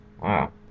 Wow